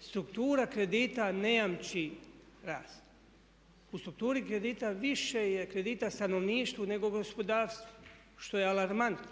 Struktura kredita ne jamči rast. U strukturi kredita više je kredita stanovništvu nego gospodarstvu, što je alarmantno,